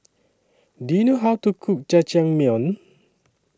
Do YOU know How to Cook Jajangmyeon